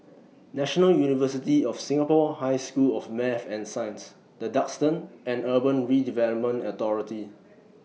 National University of Singapore High School of Math and Science The Duxton and Urban Redevelopment Authority